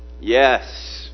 Yes